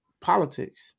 politics